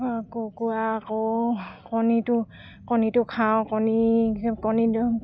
কুকুৰাৰ আকৌ কণীটো কণীটো খাওঁ কণী কণীটো